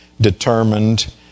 determined